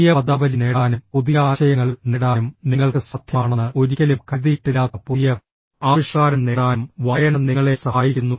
പുതിയ പദാവലി നേടാനും പുതിയ ആശയങ്ങൾ നേടാനും നിങ്ങൾക്ക് സാധ്യമാണെന്ന് ഒരിക്കലും കരുതിയിട്ടില്ലാത്ത പുതിയ ആവിഷ്കാരം നേടാനും വായന നിങ്ങളെ സഹായിക്കുന്നു